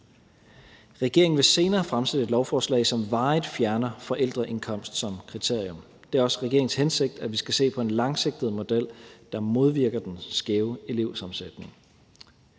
Regeringen vil senere fremsætte et lovforslag, som varigt fjerner forældreindkomst som kriterium. Det er også regeringens hensigt, at vi skal se på en langsigtet model, der modvirker den skæve elevsammensætning.